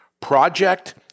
Project